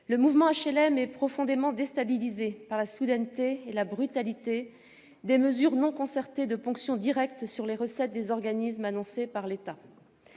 le mouvement HLM est profondément déstabilisé par la soudaineté et la brutalité des mesures non concertées de ponction directe sur les recettes des organismes annoncées par l'État.